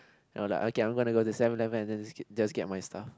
no like okay I'm gonna go to Seven Eleven and then just get just get my stuff